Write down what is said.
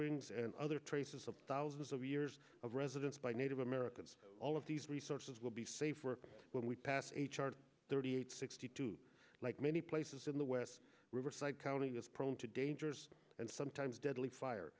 winds and other traces of thousands of years of residence by native americans all of these resources will be safer when we pass a chart thirty eight sixty two like many places in the west riverside county is prone to dangerous and sometimes deadly fire